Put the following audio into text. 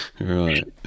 Right